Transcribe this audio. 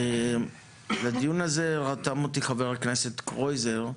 לדיון הזה רתם אותי חה"כ קרויזר.